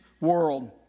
world